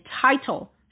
title